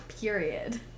period